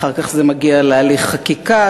אחר כך זה מגיע להליך חקיקה,